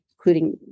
including